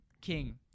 king